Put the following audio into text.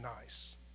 nice